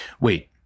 Wait